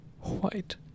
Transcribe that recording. white